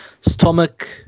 stomach